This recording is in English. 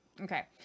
okay